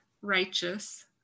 righteous